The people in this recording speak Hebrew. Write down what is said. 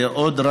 ועוד,